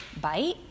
bite